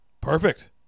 Perfect